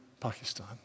Pakistan